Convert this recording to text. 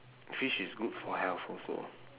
fish is good for health also